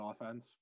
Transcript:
offense